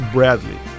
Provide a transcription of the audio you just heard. Bradley